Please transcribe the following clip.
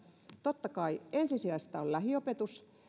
totta kai ensisijaista on lähiopetus